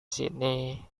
sini